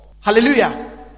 hallelujah